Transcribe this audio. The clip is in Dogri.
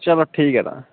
चलो ठीक ऐ तां